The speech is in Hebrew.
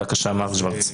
מר שוורץ,